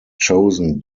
chosen